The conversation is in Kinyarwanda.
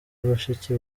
bashiki